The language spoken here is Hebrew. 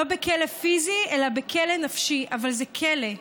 לא בכלא פיזי אלא בכלא נפשי, אבל זה כלא.